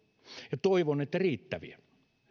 ja toivon että riittäviä